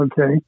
Okay